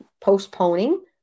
postponing